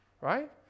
right